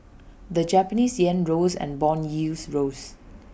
the Japanese Yen rose and Bond yields rose